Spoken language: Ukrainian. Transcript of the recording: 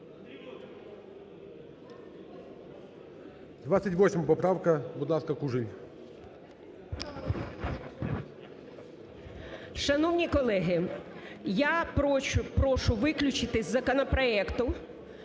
Шановні колеги! Я прошу виключити з законопроекту